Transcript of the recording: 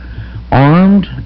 armed